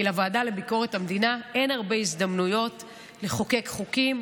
כי לוועדה לביקורת המדינה אין הרבה הזדמנויות לחוקק חוקים.